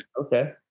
Okay